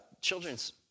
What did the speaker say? children's